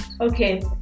Okay